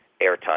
airtime